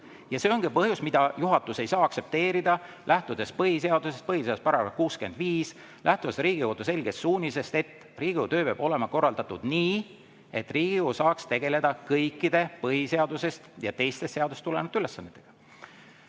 Ja see ongi põhjus, mida juhatus ei saa aktsepteerida, lähtudes põhiseadusest, põhiseaduse §-st 65, samuti Riigikohtu selgest suunisest, et Riigikogu töö peab olema korraldatud nii, et Riigikogu saaks tegeleda kõikide põhiseadusest ja teistest seadustest tulenevate ülesannetega.